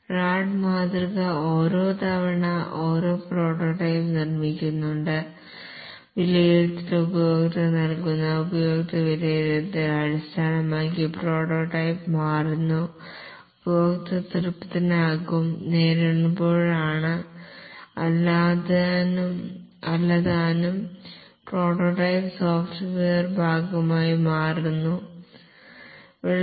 RAD മാതൃക ഓരോ തവണ ഒരു പ്രോട്ടോടൈപ്പ് നിര്മ്മിക്കുന്നുണ്ട് വിലയിരുത്തൽ ഉപഭോക്തൃ നൽകുന്നു ഉപഭോക്തൃ വിലയിരുത്തൽ അടിസ്ഥാനമാക്കി പ്രോട്ടോടൈപ്പ് മാറുന്നു ഉപഭോക്തൃ തൃപ്തനാകും നേരിടുമ്പോഴാണ് അല്ലതാനും പ്രോട്ടോടൈപ്പ് സോഫ്റ്റ്വെയർ ഭാഗമായി മാറുന്നു ആണ്